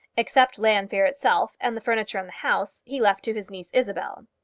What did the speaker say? except llanfeare itself and the furniture in the house, he left to his niece isabel.